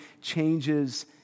changes